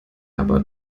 aber